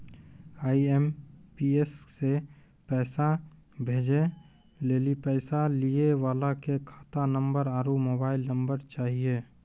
IMPS से पैसा भेजै लेली पैसा लिये वाला के खाता नंबर आरू मोबाइल नम्बर चाहियो